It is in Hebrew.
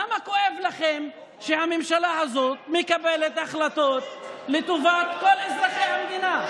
למה כואב לכם שהממשלה הזאת מקבלת החלטות לטובת כל אזרחי המדינה,